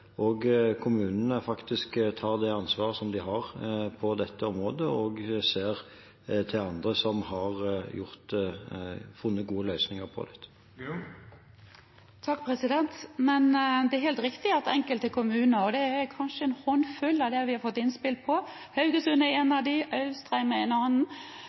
at kommunene tar det ansvaret de har på dette området, og ser til andre som har funnet gode løsninger. Det er helt riktig at enkelte kommuner, kanskje en håndfull av det vi har fått innspill på – Haugesund er en av dem, Austrheim er en annen